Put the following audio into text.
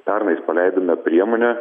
pernais paleidome priemonę